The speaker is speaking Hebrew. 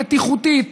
בטיחותית,